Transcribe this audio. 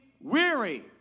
weary